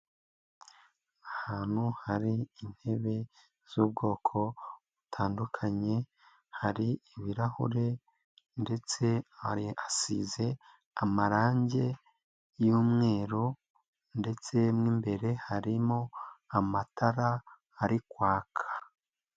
Ahantu hari intebe z'ubwoko butandukanye, hari ibirahure ndetse asize amarangi y'umweru ndetse n'imbere harimo amatara ari kwaka.